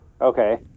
Okay